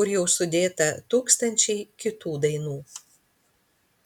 kur jau sudėta tūkstančiai kitų dainų